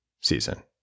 season